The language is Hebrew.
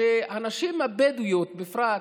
הנשים הבדואיות, בפרט,